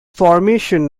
formation